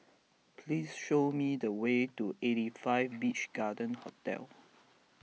please show me the way to eighty five Beach Garden Hotel